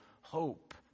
hope